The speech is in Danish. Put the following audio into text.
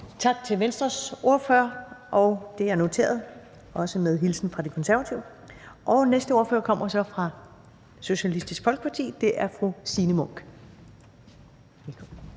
Tak til Venstres ordfører. Det er noteret, at der var en hilsen fra De Konservative. Næste ordfører kommer fra Socialistisk Folkeparti. Det er fru Signe Munk. Kl.